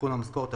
עדכון המשכורת),